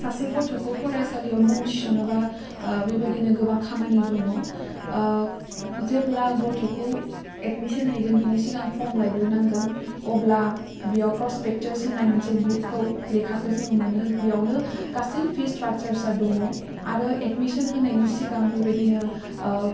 सासे गथ'खौ फरायसालियाव मुं थिस'नोबा बेबायदिनो गोबां खामानि दङ जेब्ला गथ'खौ एडमिसन हैगोन बेनि सिगां फर्म लायग्रोनांगोन अब्ला बेयाव प्रसपेक्टास होन्नाय मोनसे बुकखौ लेखाखौ जोङो मोनो बेयावनो गासै फिस स्ट्राकसारसा दङ आरो एडमिसन होनायनि सिगां बेबायदिनो ओह